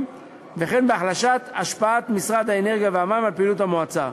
וכן בהחלשת השפעת משרד האנרגיה והמים על פעילות המועצה.